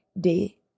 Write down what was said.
Day